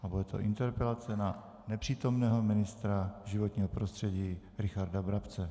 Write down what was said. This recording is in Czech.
Bude to interpelace na nepřítomného ministra životního prostředí Richarda Brabce.